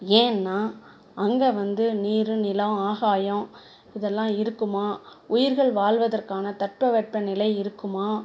ஏன்னால் அங்கே வந்து நீர் நிலம் ஆகாயம் இதெல்லாம் இருக்குமா உயிர்கள் வாழ்வதற்கான தட்பவெப்பநிலை இருக்குமா